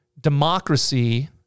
democracy